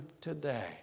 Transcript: today